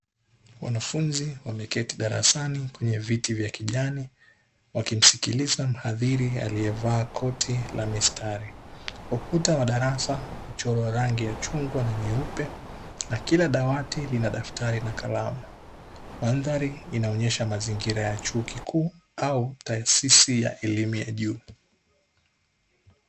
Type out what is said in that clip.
Wanafunzi wameketi darasani kwenye viti vya kijani, wakimsikiliza mhadhiri aliyevaa koti la mistari. Ukuta wa darasa umechorwa rangi ya chungwa na nyeupe, na kila dawati lina daftari na kalamu. Mandhari inaonyesha mazingira ya chuo kikuu au taasisi ya elimu ya juu.